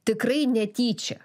tikrai netyčia